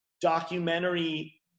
documentary